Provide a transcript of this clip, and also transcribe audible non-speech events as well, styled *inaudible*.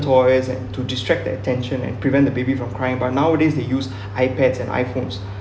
toys and to distract that attention and prevent the baby from crying but nowadays they use *breath* ipads and iphones *breath*